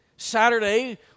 Saturday